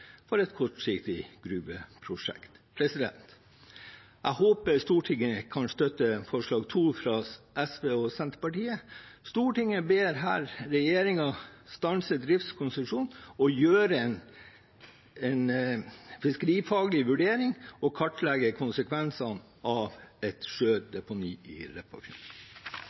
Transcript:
for et kortsiktig gruveprosjekt. Jeg håper Stortinget kan støtte forslag nr. 2, fra SV og Senterpartiet. Stortinget ber her regjeringen stanse driftskonsesjonen og gjøre en fiskerifaglig vurdering som kartlegger konsekvensene av et sjødeponi i